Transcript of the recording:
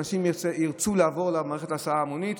כך שאנשים ירצו לבוא למערכת הסעת ההמונים.